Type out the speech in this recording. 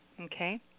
Okay